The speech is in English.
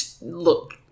look